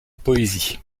poésie